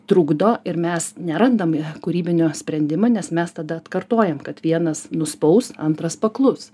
trukdo ir mes nerandam kūrybinio sprendimo nes mes tada atkartojam kad vienas nuspaus antras paklus